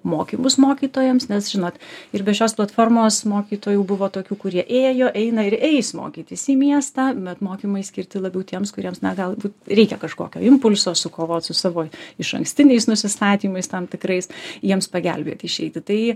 mokymus mokytojams nes žinot ir be šios platformos mokytojų buvo tokių kurie ėjo eina ir eis mokytis į miestą bet mokymai skirti labiau tiems kuriems na galbūt reikia kažkokio impulso sukovot su savo išankstiniais nusistatymais tam tikrais jiems pagelbėt išeiti tai